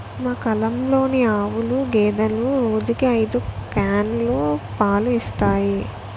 మా కల్లంలోని ఆవులు, గేదెలు రోజుకి ఐదు క్యానులు పాలు ఇస్తాయి